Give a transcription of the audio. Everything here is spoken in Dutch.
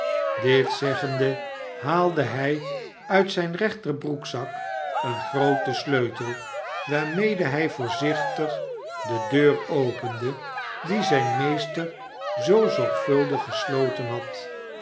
dit zeggende haalde hij uit zijn rechterbroekzak een grooten sleutel waarmede hij voorzichtig de deur opende die zijn meester zoo zorgvuldig gesloten had